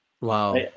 Wow